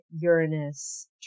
uranus